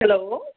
hello